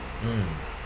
mm